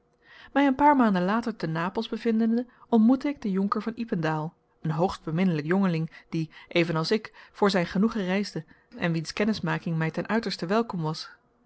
mij een paar maanden later te napels bevindende ontmoette ik den jonker van ypendael een hoogst beminnelijk jongeling die even als ik voor zijn genoegen reisde en wiens kennismaking mij ten uiterste welkom was